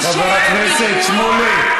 חבר הכנסת שמולי.